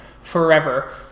forever